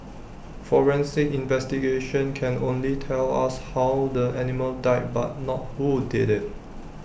forensic investigations can only tell us how the animal died but not who did IT